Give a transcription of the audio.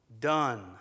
done